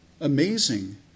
Amazing